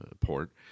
port